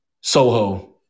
Soho